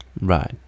right